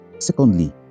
Secondly